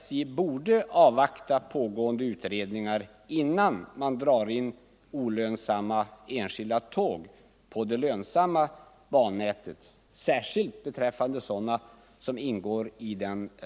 De här frågeställningarna hänger också samman med SJ:s kalkylmetoder.